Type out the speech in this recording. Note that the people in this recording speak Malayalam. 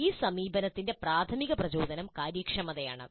ഈ സമീപനത്തിന്റെ പ്രാഥമിക പ്രചോദനം കാര്യക്ഷമതയാണ്